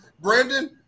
Brandon